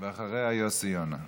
אחריה, יוסי יונה.